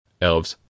elves